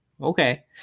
okay